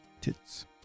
Tits